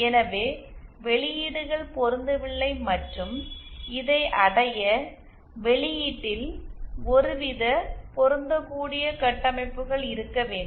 எனவே வெளியீடுகள் பொருந்தவில்லை மற்றும் இதை அடைய வெளியீட்டில் ஒருவித பொருந்தக்கூடிய கட்டமைப்புகள் இருக்க வேண்டும்